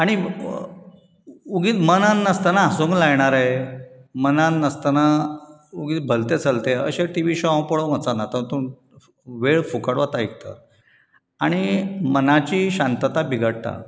आनी उगीच मनाक नासताना हांसोवंक लायणारे मनान नासताना उगीच भलतें सलतें अशे टीवी शो हांव पळोवंक वचाना तातूंत वेळ फुकट वता एक तर आनी मनाची शांतता बिगडटा